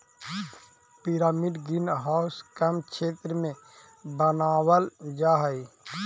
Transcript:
pyramid green house कम क्षेत्र में बनावाल जा हई